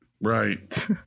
Right